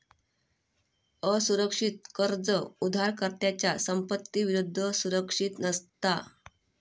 असुरक्षित कर्ज उधारकर्त्याच्या संपत्ती विरुद्ध सुरक्षित नसता